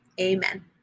amen